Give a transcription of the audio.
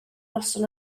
noson